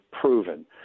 proven